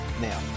now